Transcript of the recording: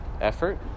effort